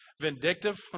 vindictive